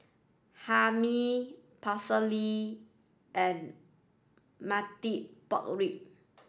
Hae Mee Pecel Lele and Marmite Pork Ribs